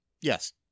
yes